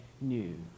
new